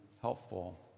helpful